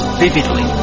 vividly